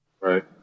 Right